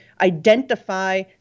identify